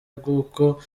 bw’uko